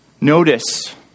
Notice